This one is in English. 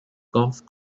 golf